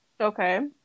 Okay